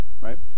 Right